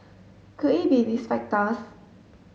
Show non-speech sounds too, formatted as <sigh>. <noise> could it be these factors